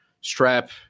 strap